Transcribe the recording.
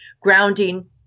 grounding